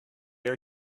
air